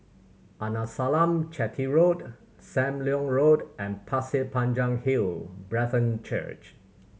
Arnasalam Chetty Road Sam Leong Road and Pasir Panjang Hill Brethren Church